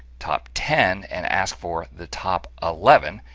top ten, and ask for the top ah eleven!